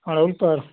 अड़हुल पर